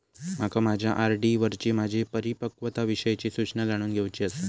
माका माझ्या आर.डी वरची माझी परिपक्वता विषयची सूचना जाणून घेवुची आसा